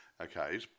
okay